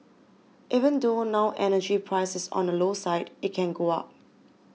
even though now energy price is on the low side it can go up